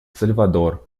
сальвадор